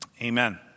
Amen